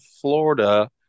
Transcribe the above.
Florida